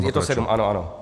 Je to sedm, ano.